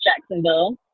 Jacksonville